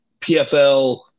PFL